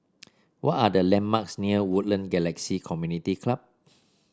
what are the landmarks near Woodlands Galaxy Community Club